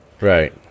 Right